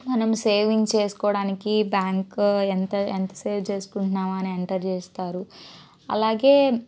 మనం సేవింగ్స్ చేసుకోవడానికి బ్యాంకు ఎంత ఎంత సేవ్ చేసుకుంటున్నామా అని ఎంటర్ చేస్తారు అలాగే